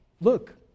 look